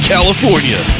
California